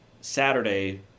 Saturday